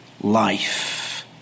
life